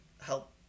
help